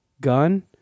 gun